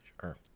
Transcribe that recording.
Sure